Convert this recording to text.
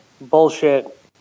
bullshit